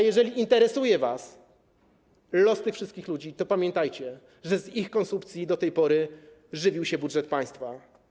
Jeżeli interesuje was los tych wszystkich ludzi, to pamiętajcie, że z ich konsumpcji do tej pory żywił się budżet państwa.